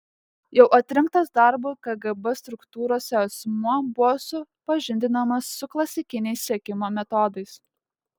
jau atrinktas darbui kgb struktūrose asmuo buvo supažindinamas su klasikiniais sekimo metodais